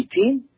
18